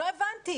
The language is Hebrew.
לא הבנתי.